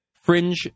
fringe